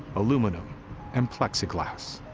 aluminum and plexiglass,